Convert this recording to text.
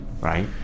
Right